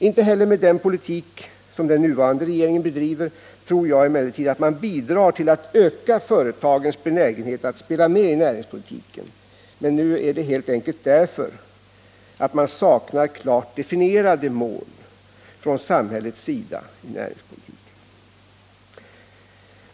Inte heller med den politik som den nuvarande regeringen bedriver tror jag emellertid att man bidrar till att öka företagens benägenhet att spela med i näringspolitiken, men nu är det helt enkelt därför att det saknas klart definierade mål från samhällets sida i näringspolitiken.